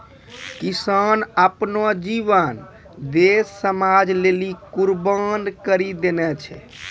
किसान आपनो जीवन देस समाज लेलि कुर्बान करि देने छै